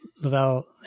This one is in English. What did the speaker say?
Lavelle